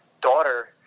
daughter